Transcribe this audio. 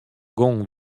gong